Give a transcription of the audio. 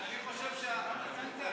אני חושב שהסנקציה